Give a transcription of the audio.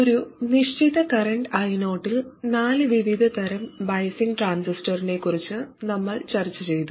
ഒരു നിശ്ചിത current I0 ൽ നാല് വിവിധ തരം ബയാസിംഗ് ട്രാൻസിസ്റ്ററിനെക്കുറിച്ച് നമ്മൾ ചർച്ചചെയ്തു